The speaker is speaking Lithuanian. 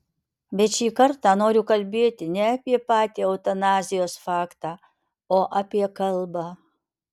bet šį kartą noriu kalbėti ne apie patį eutanazijos faktą o apie kalbą